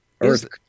earth